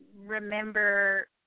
remember